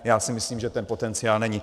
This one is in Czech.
Já si myslím, že ten potenciál není.